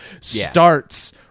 starts